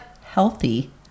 healthy